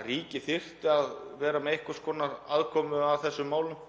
að ríkið þyrfti að vera með einhvers konar aðkomu að þessum málum